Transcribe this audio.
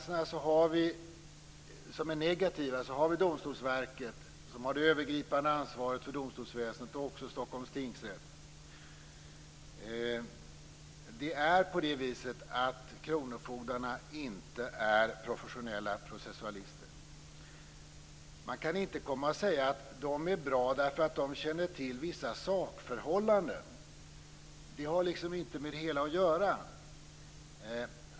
Bland de negativa remissinstanserna är Domstolsverket, som har det övergripande ansvaret för domstolsväsendet, och också Stockholms tingsrätt. Kronofogdarna är inga professionella processualister. Man kan inte säga att de är bra därför att de känner till vissa sakförhållanden, för det har liksom inte med det hela att göra.